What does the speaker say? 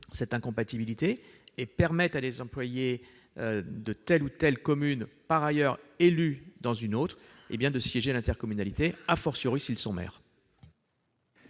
cette incompatibilité et permettre à des employés d'une commune, par ailleurs élus dans une autre, de siéger à l'intercommunalité, s'ils sont maires.